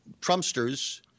Trumpsters